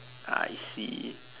I see